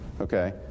okay